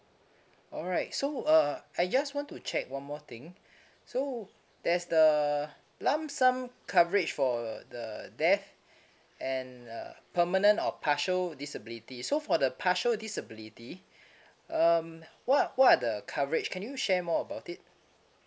alright so uh I just want to check one more thing so there's the lump sum coverage for the death and uh permanent or partial disability so for the partial disability um what what are the coverage can you share more about it